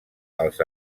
els